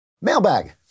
Mailbag